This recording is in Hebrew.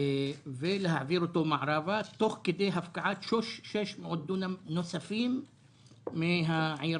ולהעביר אותו מערבה תוך הפקעת 600 דונם נוספים מהעיר